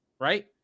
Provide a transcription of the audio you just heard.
Right